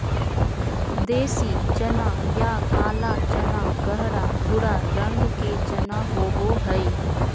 देसी चना या काला चना गहरा भूरा रंग के चना होबो हइ